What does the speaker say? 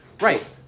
right